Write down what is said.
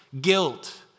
guilt